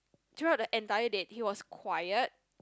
throughout the entire date he was quiet